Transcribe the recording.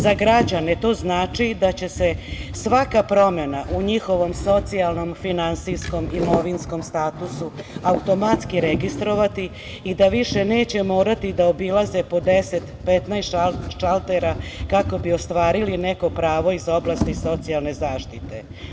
Za građane to znači da će se svaka promena u njihovom socijalnom, finansijskom, imovinskom statusu, automatski registrovati i da više neće morati da obilaze po deset, 15 šaltera kako bi ostvarili neko pravo iz oblasti socijalne zaštite.